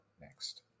next